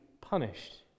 punished